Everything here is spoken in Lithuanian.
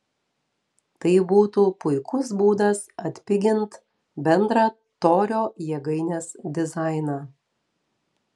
tai būtų puikus būdas atpigint bendrą torio jėgainės dizainą